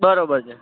બરાબર છે